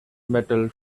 metal